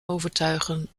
overtuigen